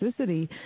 toxicity